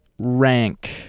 rank